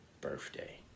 birthday